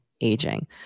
aging